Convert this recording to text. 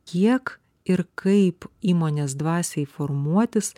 kiek ir kaip įmonės dvasiai formuotis